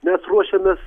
mes ruošiamės